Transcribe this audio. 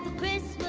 place